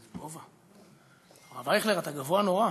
הרב אייכלר, אתה גבוה נורא.